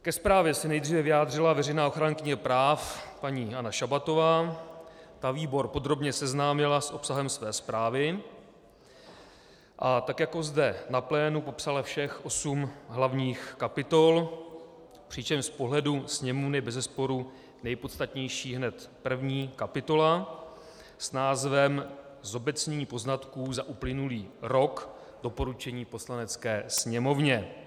Ke zprávě se nejdříve vyjádřila veřejná ochránkyně práv paní Anna Šabatová, ta výbor podrobně seznámila s obsahem své zprávy a tak jako zde na plénu popsala všech osm hlavních kapitol, přičemž z pohledu Sněmovny bezesporu nejpodstatnější je hned první kapitola s názvem Zobecnění poznatků za uplynulý rok doporučení Poslanecké sněmovně.